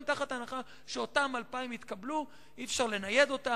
גם בהנחה שאותם 2,000 יתקבלו, אי-אפשר לנייד אותם.